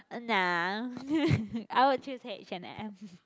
nah I would choose H and M